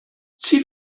zieh